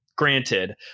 Granted